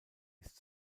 ist